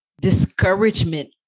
discouragement